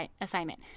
assignment